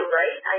right